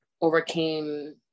overcame